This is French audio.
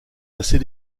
assez